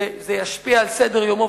שזה ישפיע על סדר-יומו,